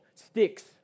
Sticks